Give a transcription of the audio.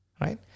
Right